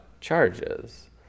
charges